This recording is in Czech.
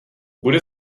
bude